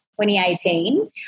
2018